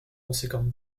conséquent